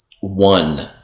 one